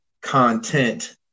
content